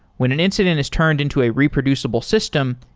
when an incident is turned into a reproducible system,